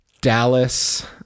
Dallas